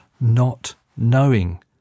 not-knowing